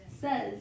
says